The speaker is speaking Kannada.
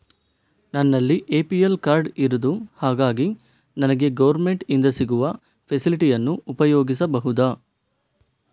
ನನ್ನಲ್ಲಿ ಎ.ಪಿ.ಎಲ್ ಕಾರ್ಡ್ ಇರುದು ಹಾಗಾಗಿ ನನಗೆ ಗವರ್ನಮೆಂಟ್ ಇಂದ ಸಿಗುವ ಫೆಸಿಲಿಟಿ ಅನ್ನು ಉಪಯೋಗಿಸಬಹುದಾ?